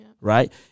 right